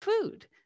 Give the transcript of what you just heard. food